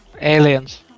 Aliens